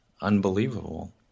unbelievable